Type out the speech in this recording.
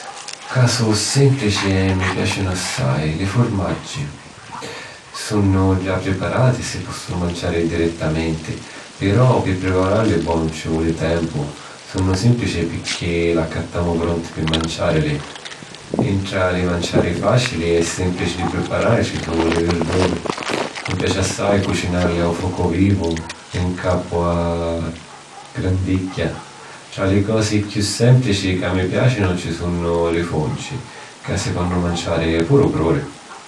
Ca su' sìmplici e mi piàcinu assai: li furmaggi. Sunnu già priparati e si ponnu manciari direttamenti, però pi priparalli bonu ci voli tempu. Sunnu sìmplici pirchì l'accattamu pronti pi manciàrili. Ntra li manciari fàcili e sìmplici di priparari ci su' li virduri; mi piaci assai cucinàrili a focu vivu, ncapu a gradigghia. Tra li cosi chiù sìmplici ca mi piàcinu ci sunnu li funci, ca si ponnu manciari puru crudi.